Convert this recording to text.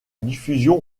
diffusion